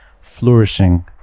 flourishing